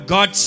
God